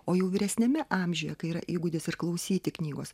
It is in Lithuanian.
o jau vyresniame amžiuje kai yra įgudęs ir klausyti knygos